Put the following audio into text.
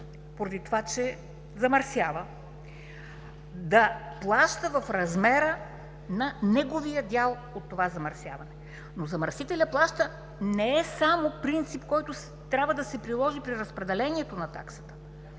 поради това че замърсява, да плаща в размера на неговия дял от това замърсяване. Но „замърсителят плаща“ не е само принцип, който трябва да се приложи при разпределението на таксата.